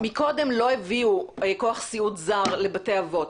קודם לא הביאו כוח סיעוד זר לבתי אבות.